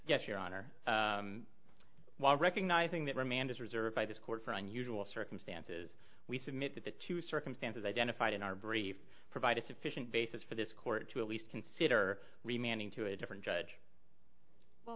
yes your honor while recognizing that remand is reserved by this court for unusual circumstances we submit that the two circumstances identified in our brief provide a sufficient basis for this court to at least consider remaining to a different judge well